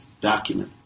document